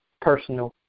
personal